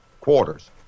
quarters